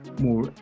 more